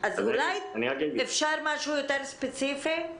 אולי אפשר משהו יותר ספציפי?